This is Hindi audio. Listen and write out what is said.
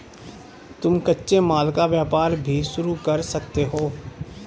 तुम कच्चे माल का व्यापार भी शुरू कर सकते हो